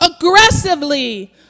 aggressively